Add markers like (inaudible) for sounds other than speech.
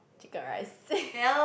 chicken rice (noise)